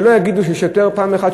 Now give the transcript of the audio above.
שלא יגידו ששוטר פעם אחת,